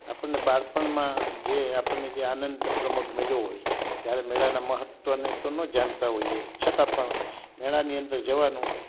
આપણને બાળપણમાં જે આપણને જે આનંદ પ્રમોદ મળ્યો હોય ત્યારે મેળાના મહત્ત્વને તો ન જાણતા હોઈએ છતાં પણ મેળાની અંદર જવાનું